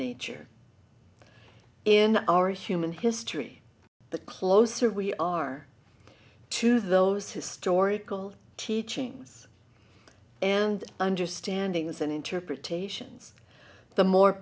nature in our human history the closer we are to those historical teachings and understanding as an interpretations the more